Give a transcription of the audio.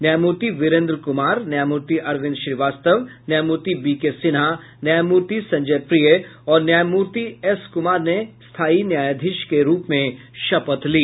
न्यायमूर्ति वीरेन्द्र कुमार न्यायमूर्ति अरविंद श्रीवास्तव न्यायमूर्ति बीके सिन्हा न्यायमूर्ति संजय प्रिय और न्यायमूर्ति एस कुमार ने स्थायी न्यायाधीश के रूप में शपथ ली